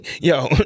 Yo